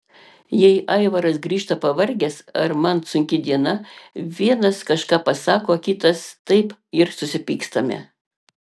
jei aivaras grįžta pavargęs ar man sunki diena vienas kažką pasako kitas taip ir susipykstame